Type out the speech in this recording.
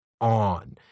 on